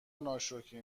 ناشکری